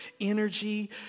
energy